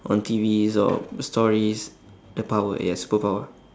on T_Vs or stories the power yes superpower